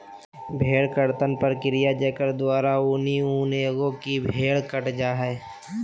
भेड़ कर्तन प्रक्रिया है जेकर द्वारा है ऊनी ऊन एगो की भेड़ कट जा हइ